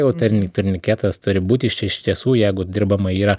jau turni turniketas turi būti iš iš tiesų jeigu dirbama yra